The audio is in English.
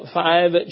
five